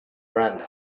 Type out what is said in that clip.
brenda